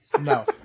No